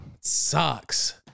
Sucks